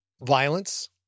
violence